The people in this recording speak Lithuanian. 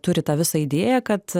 turi tą visą idėją kad